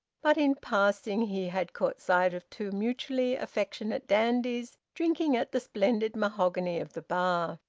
but in passing he had caught sight of two mutually affectionate dandies drinking at the splendid mahogany of the bar.